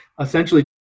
essentially